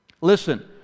Listen